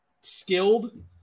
skilled